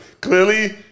clearly